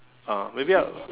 ah maybe I'll